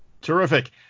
Terrific